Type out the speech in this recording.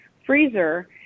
freezer